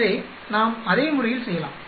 எனவே நாம் அதே முறையில் செய்யலாம்